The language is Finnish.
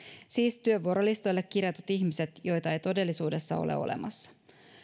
siis työvuorolistoille kirjatut ihmiset joita ei todellisuudessa ole olemassa